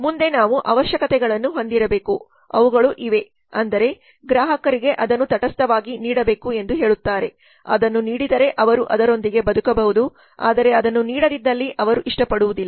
ಮುಂದೆ ನಾವು ಅವಶ್ಯಕತೆಗಳನ್ನು ಹೊಂದಿರಬೇಕು ಅವುಗಳು ಇವೆ ಅಂದರೆ ಗ್ರಾಹಕರಿಗೆ ಅದನ್ನು ತಟಸ್ಥವಾಗಿ ನೀಡಬೇಕು ಎಂದು ಹೇಳುತ್ತಾರೆ ಅದನ್ನು ನೀಡಿದರೆ ಅವರು ಅದರೊಂದಿಗೆ ಬದುಕಬಹುದು ಆದರೆ ಅದನ್ನು ನೀಡದಿದ್ದಲ್ಲಿ ಅವರು ಇಷ್ಟಪಡುವುದಿಲ್ಲ